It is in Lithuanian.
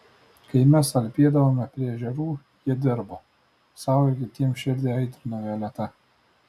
kai mes alpėdavome prie ežerų jie dirbo sau ir kitiems širdį aitrino violeta